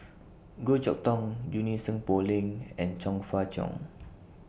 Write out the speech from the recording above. Goh Chok Tong Junie Sng Poh Leng and Chong Fah Cheong